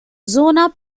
zona